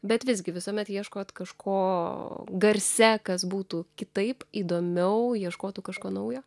bet visgi visuomet ieškot kažko garse kas būtų kitaip įdomiau ieškotų kažko naujo